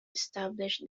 establish